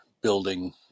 building